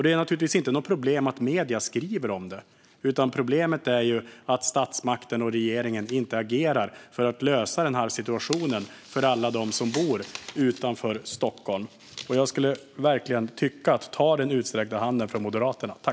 Det är naturligtvis inte något problem att medierna skriver om det, utan problemet är att statsmakten och regeringen inte agerar för att lösa situationen för alla dem som bor utanför Stockholm. Jag tycker verkligen att ministern borde ta den utsträckta handen från Moderaterna.